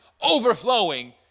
overflowing